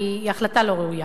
היא החלטה לא ראויה.